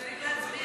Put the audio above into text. כן.